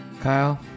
Kyle